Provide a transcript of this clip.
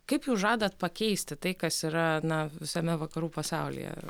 kaip jūs žadat pakeisti tai kas yra na visame vakarų pasaulyje